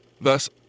Thus